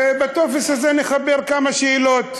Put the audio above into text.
ובטופס הזה נחבר כמה שאלות: